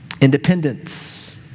Independence